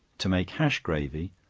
to make hash gravy,